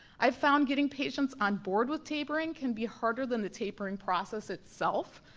i've found getting patients on board with tapering can be harder than the tapering process itself.